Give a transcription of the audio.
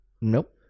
Nope